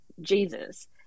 Jesus